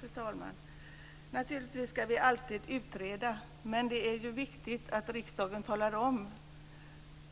Fru talman! Vi ska naturligtvis alltid utreda. Men det är viktigt att riksdagen talar om